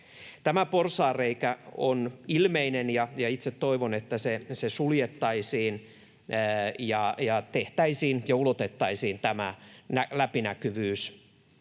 Tämä porsaanreikä on ilmeinen, ja itse toivon, että se suljettaisiin ja tehtäisiin ja ulotettaisiin tämä läpinäkyvyys